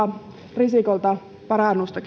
risikolta parannusta